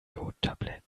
jodtabletten